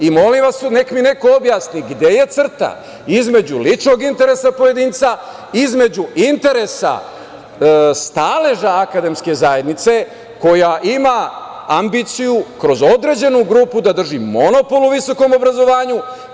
Molim vas, neka mi neko objasni gde je crta između ličnog interesa pojedinca, između interesa staleža akademske zajednice koja ima ambiciju kroz određenu grupu da drži monopol u visokom obrazovanju.